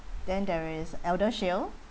then there is ElderShield